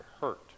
hurt